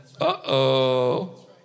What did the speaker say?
uh-oh